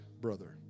brother